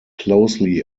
closely